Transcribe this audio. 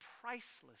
priceless